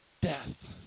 death